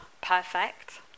perfect